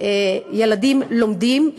ילדים לומדים,